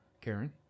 karen